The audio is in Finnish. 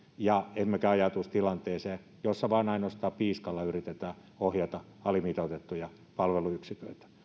emmekä ajautuisi tilanteeseen jossa vain ja ainoastaan piiskalla yritetään ohjata alimitoitettuja palveluyksiköitä näin ollen